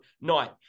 night